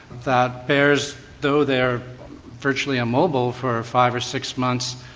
that bears, though they are virtually immobile for five or six months,